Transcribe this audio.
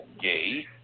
gay